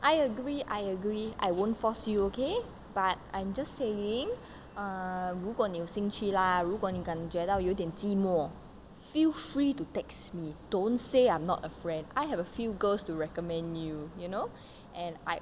I agree I agree I won't force you okay but I'm just saying err 如果你有兴趣 lah 如果你感觉到有点寂寞 feel free to text me don't say I'm not a friend I have a few girls to recommend you you know and I